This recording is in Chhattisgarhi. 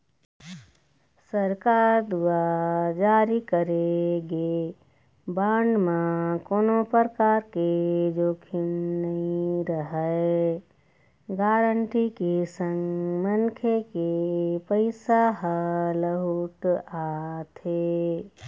सरकार दुवार जारी करे गे बांड म कोनो परकार के जोखिम नइ रहय गांरटी के संग मनखे के पइसा ह लहूट आथे